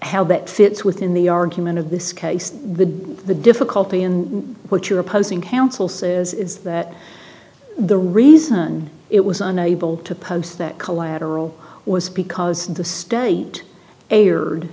how that fits within the argument of this case the the difficulty in what you're opposing counsel says it's that the reason it was unable to post that collateral was because the state